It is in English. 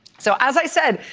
so as i said,